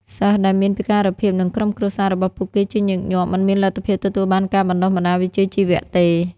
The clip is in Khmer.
សិស្សដែលមានពិការភាពនិងក្រុមគ្រួសាររបស់ពួកគេជាញឹកញាប់មិនមានលទ្ធភាពទទួលបានការបណ្តុះបណ្តាលវិជ្ជាជីវៈទេ”។